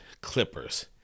Clippers